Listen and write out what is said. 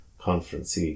Conference